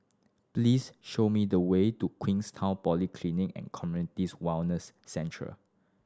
please show me the way to Queenstown Polyclinic and Community Wellness Centre